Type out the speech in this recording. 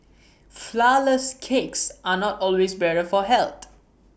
Flourless Cakes are not always better for health